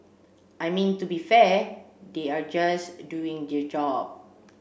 I mean to be fair they are just doing their job